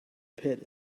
pit